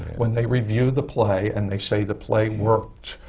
when they review the play, and they say the play worked,